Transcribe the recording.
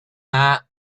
that